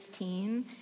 15